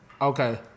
Okay